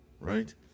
right